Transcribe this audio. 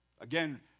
Again